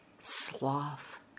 sloth